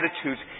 attitudes